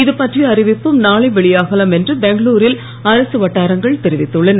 இது பற்றிய அறிவிப்பு நாளை வெளியாகலாம் என்று பெங்களூரில் அரசு வட்டாரங்கள் தெரிவித்துள்ளன